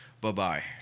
Bye-bye